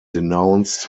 denounced